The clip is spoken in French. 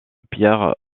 pierre